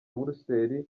buruseli